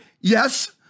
Yes